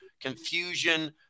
confusion